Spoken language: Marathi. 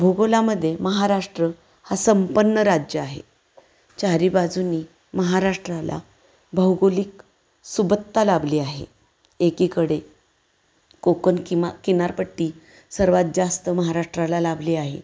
भूगोलामध्ये महाराष्ट्र हा संपन्न राज्य आहे चारीबाजूनी महाराष्ट्राला भौगोलिक सुबत्ता लाभली आहे एकीकडे कोकण किमा किनारपट्टी सर्वात जास्त महाराष्ट्राला लाभली आहे